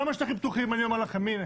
גם על שטחים פתוחים, אני אומר לכם, הנה.